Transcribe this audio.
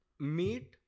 meat